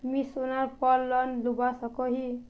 मुई सोनार पोर लोन लुबा सकोहो ही?